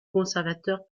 conservateur